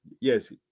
Yes